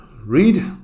read